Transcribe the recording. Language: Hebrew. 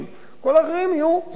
כל האחרים יהיו זרוקים.